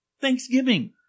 Thanksgiving